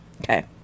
Okay